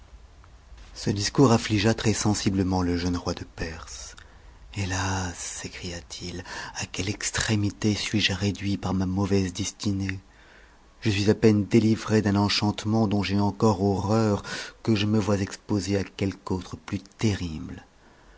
ce discours affligea très sensiblement le jeune roi de perse hélas sécria t i à quelle extrémité suis-je réduit par ma mauvaise destinée je suis à peine délivré d'un enchantement dont j'ai encore horreur que je me vois exposé à quelque autre plus terrible